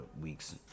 weeks